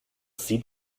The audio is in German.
sieht